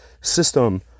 system